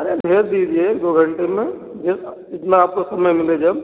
अरे भेज दीजिए दो घंटे में जितना आपको समय मिले जब